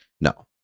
no